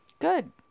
Good